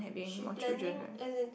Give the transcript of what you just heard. she planning as in